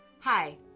Hi